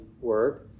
word